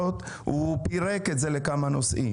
דוד פירק את זה לכמה נושאים.